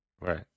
Right